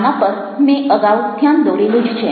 આના પર મેં અગાઉ ધ્યાન દોરેલું જ છે